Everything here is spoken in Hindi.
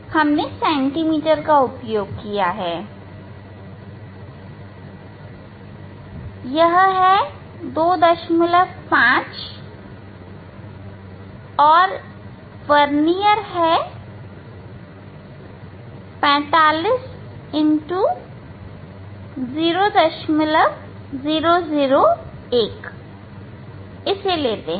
हमने सेंटीमीटर का उपयोग किया है हम इस 25 और वरर्नियर है 45 0001 इसे लेते हैं